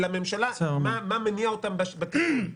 לממשלה מה מניע אותם בתיקון.